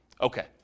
Okay